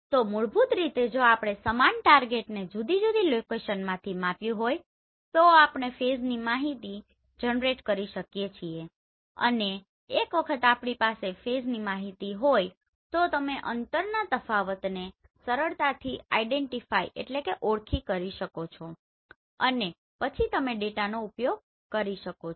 તો મૂળભૂત રીતે જો આપણે સમાન ટાર્ગેટને બે જુદી જુદી લોકેશનથી માપ્યું હોય તો આપણે ફેઝની માહિતી જનરેટ કરી શકીએ છીએ અને એક વખત આપણી પાસે ફેઝની માહિતી હોય તો તમે અંતરના તફાવતોને સરળતાથી આયડેનટીફાયIdentifyઓળખવું કરી શકો છો અને પછી તમે આ ડેટાનો ઉપયોગ કરી શકો છો